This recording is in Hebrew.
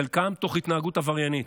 חלקם תוך התנהגות עבריינית.